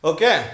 Okay